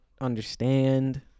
understand